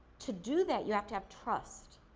to do that, you have to have trust.